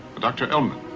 dr. ellman.